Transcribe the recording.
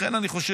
לכן אני חושב,